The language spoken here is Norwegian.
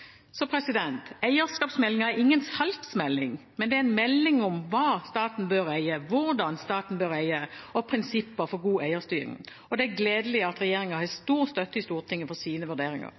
er ingen salgsmelding, men det er en melding om hva staten bør eie, hvordan staten bør eie, og prinsipper for god eierstyring. Og det er gledelig at regjeringen har stor støtte i Stortinget for sine vurderinger.